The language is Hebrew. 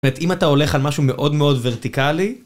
אם אתה הולך על משהו מאוד מאוד ורטיקלי